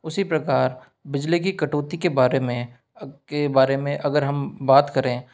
उसी प्रकार बिजली की कटौती के बारे में के बारे में अगर हम बात करें